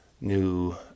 new